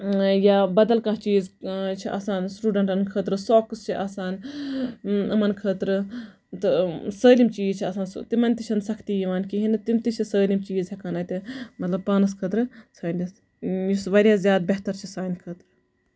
یا بدل کانہہ چیٖز چھِ آسان سٔٹوٗڈَنٹَن خٲطرٕ سوکٔس چھِ آسان یِمَن خٲطرٕ تہٕ سٲلِم چیٖز چھِ آسان تِمَن تہِ چھےٚ نہٕ سَختی یِوان کِہیٖنۍ نہٕ تِم تہِ چھِ سٲلِم چیٖز ہٮ۪کان اَتہِ مطلب پانَس خٲطرٕ ژھٲنڈِتھ یُس واریاہ زیادٕ بہتر چھُ سانہِ خٲطرٕ